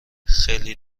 خیلی